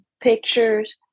pictures